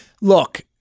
look